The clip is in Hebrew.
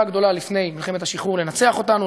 גדולה לפני מלחמת השחרור לנצח אותנו,